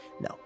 No